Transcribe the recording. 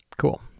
cool